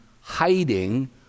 hiding